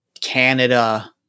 Canada